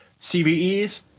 CVEs